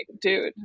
dude